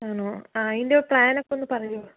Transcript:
ആണോ അതിൻ്റെ പ്ലാൻ ഒക്കെ ഒന്ന് പറയുമോ